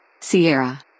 Sierra